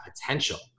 potential